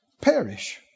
perish